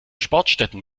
sportstätten